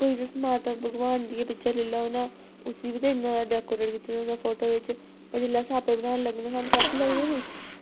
कोई समान बनाने दियां पिक्चरां गै लेई लैओ ना ते उसी बी इ'यां डेकोरेट कीते दा होना फोटो बिच ते जेल्लै अस आपें बनान लग्गने नी ते साह्नूं टफ लगदी निं